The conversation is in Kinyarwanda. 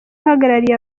uhagarariye